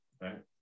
right